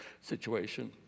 situation